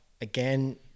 Again